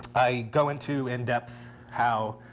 i go into in depth how